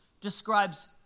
describes